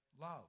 love